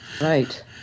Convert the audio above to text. Right